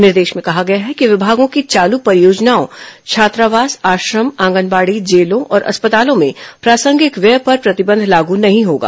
निर्देश में कहा गया है कि विभागों की चालू परियोजनाओं छात्रावास आश्रम आंगनबाड़ी जेलों और अस्पतालों में प्रासंगिक व्यय पर प्रतिबंध लागू नहीं होगा